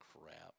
crap